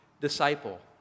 disciple